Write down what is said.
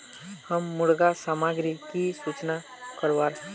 हम मुर्गा सामग्री की सूचना करवार?